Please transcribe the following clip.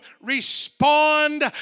respond